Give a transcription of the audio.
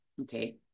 Okay